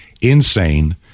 insane